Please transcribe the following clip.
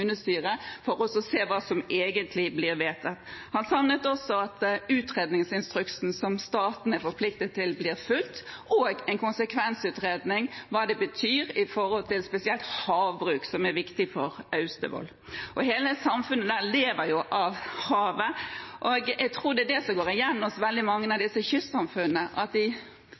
for å se hva som egentlig blir vedtatt. Han savnet også at utredningsinstruksen, som staten er forpliktet til, blir fulgt, og hva en konsekvensutredning betyr med hensyn til – spesielt – havbruk, som er viktig for Austevoll. Hele samfunnet der lever jo av havet. Det er det som går igjen hos veldig mange av disse kystsamfunnene, at de